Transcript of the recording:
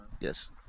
Yes